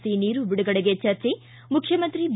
C ನೀರು ಬಿಡುಗಡೆಗೆ ಚರ್ಚೆ ಮುಖ್ಣಮಂತ್ರಿ ಬಿ